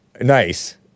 nice